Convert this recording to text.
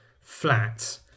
flat